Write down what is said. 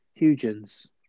Hugens